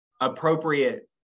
appropriate